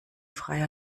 frei